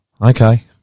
Okay